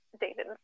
dated